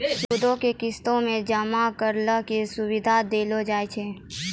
सूदो के किस्तो मे जमा करै के सुविधा देलो जाय छै